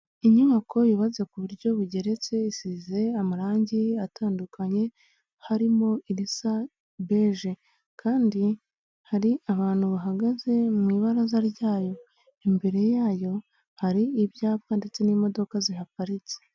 Inyubako yubatse ku buryo bugeretse isize amarangi atandukanye harimo irisa beige kandi hari abantu bahagaze mu ibaraza ryayo, imbere yayo hari ibyapa ndetse n'imodoka zihaparitse.